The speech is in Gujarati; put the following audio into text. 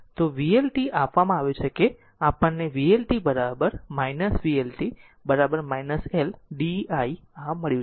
તો v vLt આપવામાં આવ્યું છે કે આપણને vLt vLt L di આ મળ્યું છે